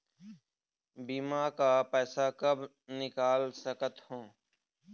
बीमा का पैसा कब निकाल सकत हो?